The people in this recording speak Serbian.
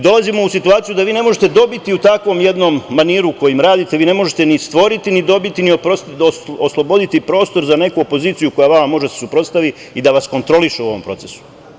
Dolazimo u situaciju da vi ne možete dobiti u takvom jednom maniru u kojim radite, vi ne možete ni stvoriti, ni dobiti, ni osloboditi prostor za neku opoziciju koja vama može da se suprotstavi i da vas kontroliše u ovom procesu.